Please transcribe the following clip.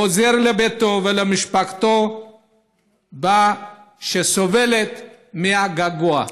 חוזר לביתו ולמשפחתו שסובלת מהגעגועים.